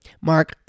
Mark